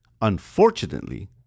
Unfortunately